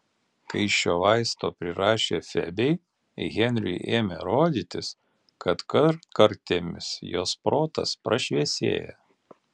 kai šio vaisto prirašė febei henriui ėmė rodytis kad kartkartėmis jos protas prašviesėja